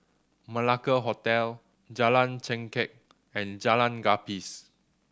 Malacca Hotel Jalan Chengkek and Jalan Gapis